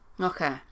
Okay